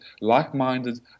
like-minded